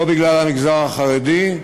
לא בגלל המגזר החרדי,